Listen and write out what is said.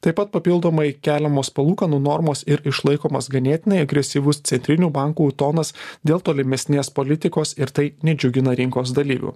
taip pat papildomai keliamos palūkanų normos ir išlaikomas ganėtinai agresyvus centrinių bankų tonas dėl tolimesnės politikos ir tai nedžiugina rinkos dalyvių